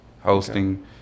hosting